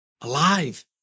alive